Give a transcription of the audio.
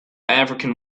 african